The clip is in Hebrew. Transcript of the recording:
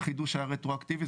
החידוש היה רטרואקטיבי,